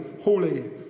holy